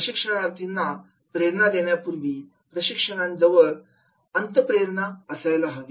प्रशिक्षणार्थीना प्रेरणा देण्यापूर्वी प्रशिक्षकांचे जवळ अंतःप्रेरणा असायला हवी